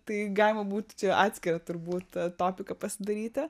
tai galima būtų čia atskirą turbūt topiką pasidaryti